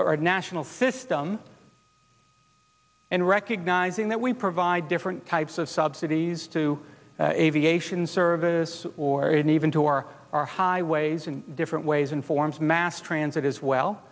or national system and recognizing that we provide different types of subsidies to aviation services or in even to our our highways in different ways and forms mass transit as well